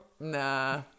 Nah